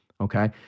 okay